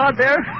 um there